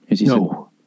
No